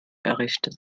errichtet